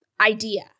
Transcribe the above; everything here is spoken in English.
idea